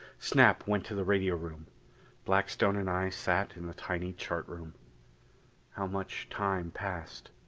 snap went to the radio room blackstone and i sat in the tiny chart room how much time passed,